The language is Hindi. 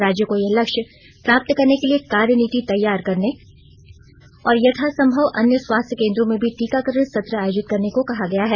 राज्यों को यह लक्ष्य प्राप्त करने के लिए कार्यनीति तैयार करने और यथासंभव अन्य स्वास्थ्य केन्द्रों में भी टीकाकरण सत्र आयोजित करने को कहा गया है